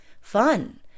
fun